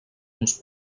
uns